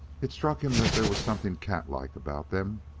it struck him that there was something cat-like about them.